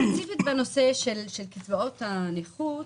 ספציפית בנושא של קצבאות הנכות,